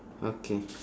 okay